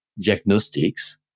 diagnostics